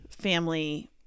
family